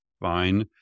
fine